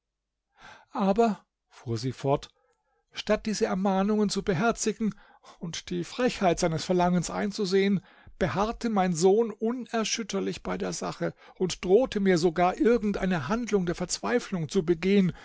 aber fuhr sie fort statt diese ermahnungen zu beherzigen und die frechheit seines verlangens einzusehen beharrte mein sohn unerschütterlich bei der sache und drohte mir sogar irgend eine handlung der verzweiflung zu begehen